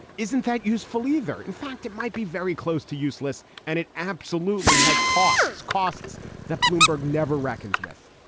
isn't that usefully there? in fact, it might be very close to useless and it absolutely has costs, costs that bloomberg never reckoned with.